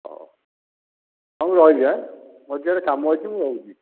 ହେଉ ହେଉ ମୁଁ ରହିଲି ଏ ମୋର ସେପଟେ କାମ ଅଛି ମୁଁ ରହୁଛି